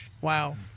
wow